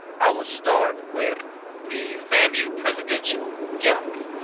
i will start with the famu presidential gallery.